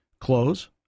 close